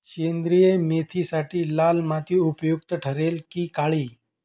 सेंद्रिय मेथीसाठी लाल माती उपयुक्त ठरेल कि काळी?